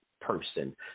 person